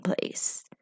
place